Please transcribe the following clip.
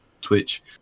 Twitch